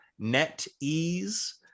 NetEase